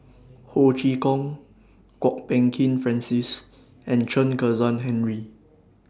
Ho Chee Kong Kwok Peng Kin Francis and Chen Kezhan Henri